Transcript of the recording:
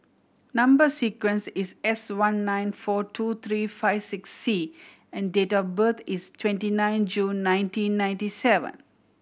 number sequence is S one nine four two three five six C and date of birth is twenty nine June nineteen ninety seven